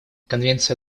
конвенция